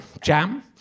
jam